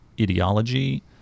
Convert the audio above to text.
ideology